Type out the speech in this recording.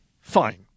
Fine